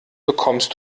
bekommst